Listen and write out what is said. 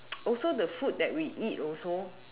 also the food that we eat also